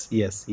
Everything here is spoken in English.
yes